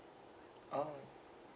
oh